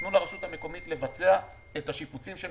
תנו לרשות המקומית לבצע את השיפוצים שהם